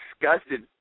disgusted